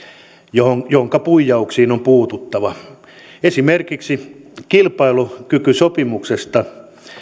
jonka puijauksiin on puututtava esimerkiksi kilpailukykysopimuksesta